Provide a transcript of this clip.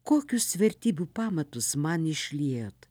kokius vertybių pamatus man išliejot